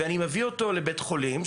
ואני מביא אותו לבית חולים,